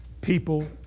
people